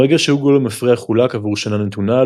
מרגע שהוגו למפרע חולק עבור שנה נתונה,